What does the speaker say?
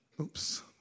Oops